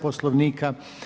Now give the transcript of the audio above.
Poslovnika.